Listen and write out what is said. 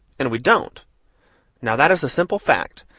and we don't now that is the simple fact,